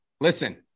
Listen